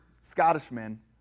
Scottishman